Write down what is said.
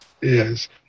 Yes